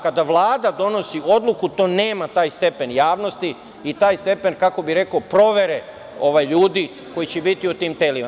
Kada Vlada donosi odluku, to nema taj stepen javnosti i taj stepen, kako bih rekao, provere ljudi koji će biti u tim telima.